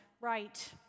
right